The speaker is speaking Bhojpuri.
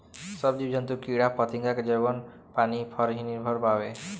सब जीव जंतु कीड़ा फतिंगा के जीवन पानी पर ही निर्भर बावे